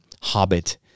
Hobbit